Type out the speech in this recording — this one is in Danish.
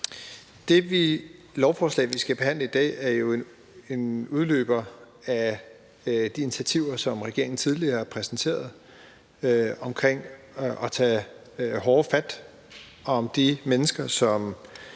som vi skal behandle i dag, er jo en udløber af de initiativer, som regeringen tidligere har præsenteret, omkring at tage hårdere fat om de mennesker, som